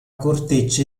corteccia